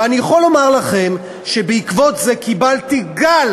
ואני יכול לומר לכם שבעקבות זה קיבלתי גל